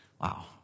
Wow